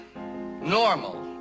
normal